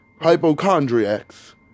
hypochondriacs